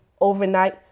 overnight